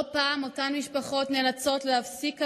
לא פעם אותן משפחות נאלצות להפסיק עבודה.